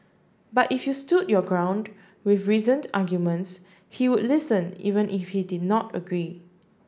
but if you stood your ground with reasoned arguments he listened even if he did not agree